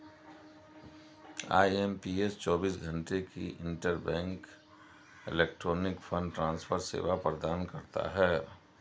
IMPS चौबीस घंटे की इंटरबैंक इलेक्ट्रॉनिक फंड ट्रांसफर सेवा प्रदान करता है